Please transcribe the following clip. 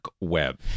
web